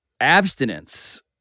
abstinence